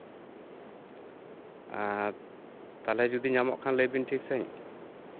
ᱟᱨ ᱛᱟᱞᱦᱮ ᱡᱩᱫᱤ ᱧᱟᱢᱚᱜ ᱠᱷᱟᱱ ᱞᱟᱹᱭ ᱵᱤᱱ ᱴᱷᱤᱠ ᱥᱟᱺᱦᱤᱡ